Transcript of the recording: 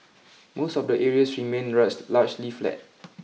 most of the areas remained largely flat